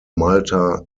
malta